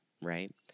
right